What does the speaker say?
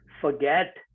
forget